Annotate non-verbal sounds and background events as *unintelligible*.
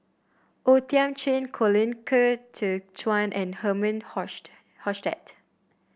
O Thiam Chin Colin Qi Zhe Quan and Herman *unintelligible* Hochstadt